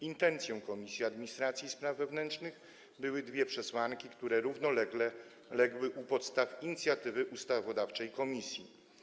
Intencją Komisji Administracji i Spraw Wewnętrznych były dwie przesłanki, które równolegle legły u podstaw inicjatywy ustawodawczej komisji.